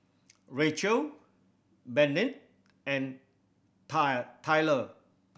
Rachael Bennett and Tired Tyler